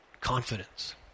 confidence